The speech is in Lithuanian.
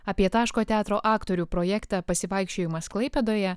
apie taško teatro aktorių projektą pasivaikščiojimas klaipėdoje